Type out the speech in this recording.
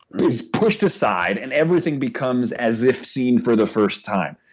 is pushed aside and everything becomes as if seen for the first time.